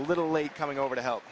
little late coming over to help